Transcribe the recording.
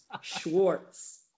Schwartz